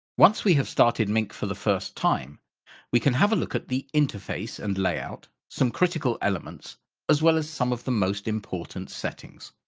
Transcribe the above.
once we have started mync for the first time we can have a look at the interface and lay out some critical elements as well as some of the most important settings.